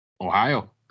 Ohio